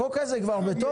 החוק הזה כבר בתוקף?